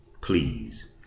Please